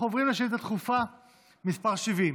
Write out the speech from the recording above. אנחנו עוברים לשאילתה דחופה מס' 70,